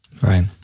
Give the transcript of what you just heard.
Right